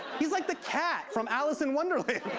he's like the cat from alice in wonderland.